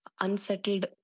unsettled